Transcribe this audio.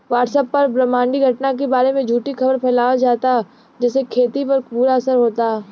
WhatsApp पर ब्रह्माण्डीय घटना के बारे में झूठी खबर फैलावल जाता जेसे खेती पर बुरा असर होता